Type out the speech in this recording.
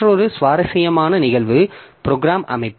மற்றொரு சுவாரஸ்யமான நிகழ்வு ப்ரோக்ராம் அமைப்பு